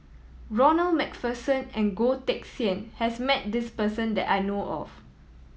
Ronald Macpherson and Goh Teck Sian has met this person that I know of